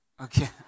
okay